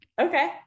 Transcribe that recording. Okay